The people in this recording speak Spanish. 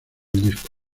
disco